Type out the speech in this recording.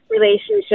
relationship